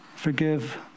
Forgive